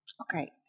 Okay